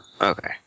Okay